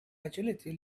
agility